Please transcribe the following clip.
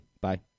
bye